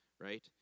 right